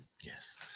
yes